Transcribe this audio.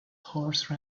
horse